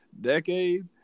decade